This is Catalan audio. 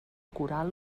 coral